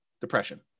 depression